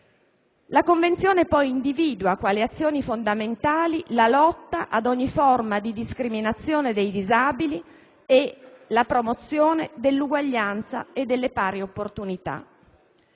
La Convenzione poi individua, quali azioni fondamentali, la lotta ad ogni forma di discriminazione dei disabili e la promozione dell'uguaglianza e delle pari opportunità.